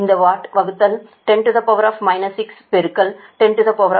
இந்த வாட் வகுத்தல் 10 6 பெருக்கல் 10 6